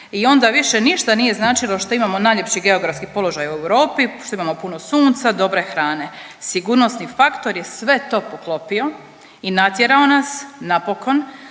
i onda više ništa nije značilo što imamo najljepši geografski položaj u Europi, što imamo puno sunca, dobre hrane. Sigurnosni faktor je sve to poklopio i natjerao nas, napokon